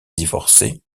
divorcée